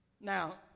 Now